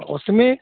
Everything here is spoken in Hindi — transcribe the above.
ओसने